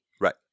Right